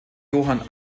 johann